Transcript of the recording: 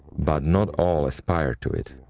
but not all aspire to it.